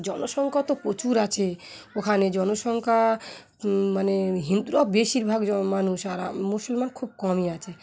জনসংখ্যা তো প্রচুর আছে ওখানে জনসংখ্যা মানে হিন্দুরাও বেশিরভাগ মানুষ আর মুসলমান খুব কমই আছে